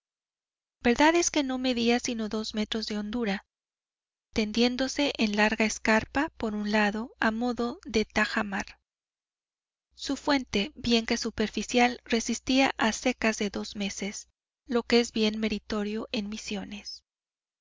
verdad es que no medía sino dos metros de hondura tendiéndose en larga escarpa por un lado a modo de tajamar su fuente bien que superficial resistía a secas de dos meses lo que es bien meritorio en misiones